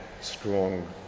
strong